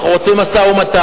אנחנו רוצים משא-ומתן,